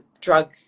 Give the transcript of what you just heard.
drug